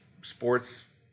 sports